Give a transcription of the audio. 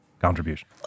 contribution